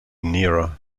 nearer